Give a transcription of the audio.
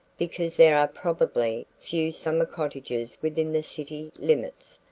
because there are probably few summer cottages within the city limits,